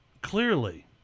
clearly